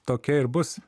tokia ir bus